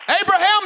Abraham